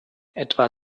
etwa